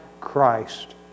Christ